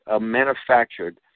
manufactured